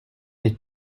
est